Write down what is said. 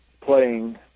playing